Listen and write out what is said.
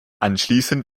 anschließend